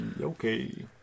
Okay